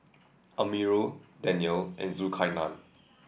Amirul Daniel and Zulkarnain